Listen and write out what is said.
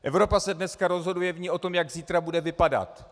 Evropa se dneska rozhoduje o tom, jak zítra bude vypadat.